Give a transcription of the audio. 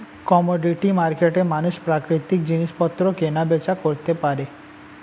commodity মার্কেটে মানুষ প্রাকৃতিক জিনিসপত্র কেনা বেচা করতে পারে